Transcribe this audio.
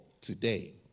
today